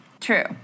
True